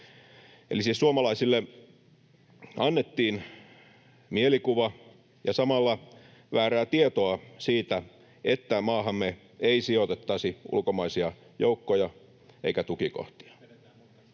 suomalaisille annettiin mielikuva ja samalla väärää tietoa siitä, että maahamme ei sijoitettaisi ulkomaisia joukkoja eikä tukikohtia.